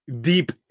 Deep